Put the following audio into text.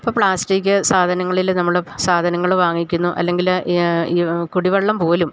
ഇപ്പോൾ പ്ലാസ്റ്റിക് സാധനങ്ങളില് നമ്മള് സാധനങ്ങള് വാങ്ങിക്കുന്നു അല്ലെങ്കില് ഈ ഈ കുടിവെള്ളം പോലും